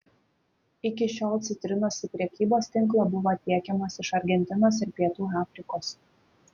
iki šiol citrinos į prekybos tinklą buvo tiekiamos iš argentinos ir pietų afrikos